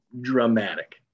dramatic